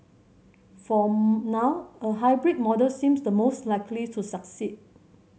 for now a hybrid model seems the most likely to succeed